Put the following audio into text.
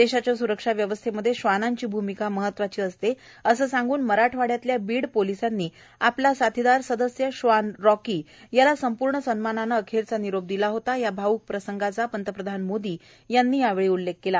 देशाच्या सुरक्षाव्यवस्थेमध्ये श्वानांची भूमिका महत्वाची असते असं सांगून मराठवाड्यातल्या बीड पोलिसांनी आपला साथीदार सदस्य श्वान रॉकी याला संपूर्ण सन्मानाने अखेरचा निरोप दिला होता या भावूक प्रसंगाचा पंतप्रधान मोदी यांनी यावेळी उल्लेख केला